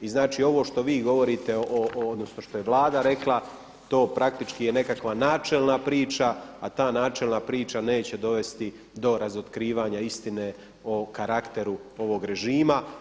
I znači ovo što vi govorite, odnosno što je Vlada rekla, to praktički je nekakva načela priča a ta načelna priča neće dovesti do razotkrivanja istine o karakteru ovog režima.